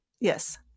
yes